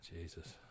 Jesus